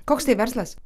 koks tai verslas